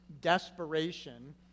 desperation